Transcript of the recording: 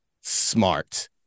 smart